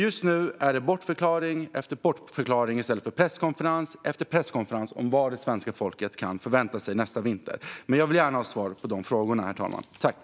Just nu kommer bortförklaring efter bortförklaring i stället för presskonferens efter presskonferens om vad svenska folket kan förvänta sig nästa vinter. Men jag vill gärna ha svar på de frågorna, herr talman.